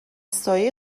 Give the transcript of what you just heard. سایه